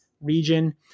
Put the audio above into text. region